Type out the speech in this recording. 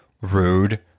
Rude